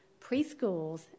preschools